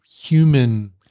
human